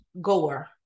goer